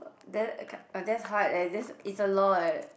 then acad~ that's how that it's it's a lot